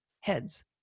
Heads